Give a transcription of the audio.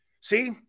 See